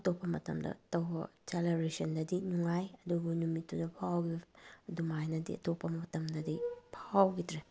ꯑꯇꯣꯞꯄ ꯃꯇꯝꯗ ꯇꯧꯕ ꯁꯦꯂꯦꯕ꯭ꯔꯦꯁꯟꯗꯗꯤ ꯅꯨꯡꯉꯥꯏ ꯑꯗꯨꯕꯨ ꯅꯨꯃꯤꯠꯇꯨꯗ ꯐꯥꯎꯈꯤꯕ ꯑꯗꯨꯃꯥꯏꯅꯗꯤ ꯑꯇꯣꯞꯄ ꯃꯇꯝꯗꯗꯤ ꯐꯥꯎꯈꯤꯗ꯭ꯔꯦ